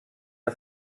der